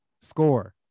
score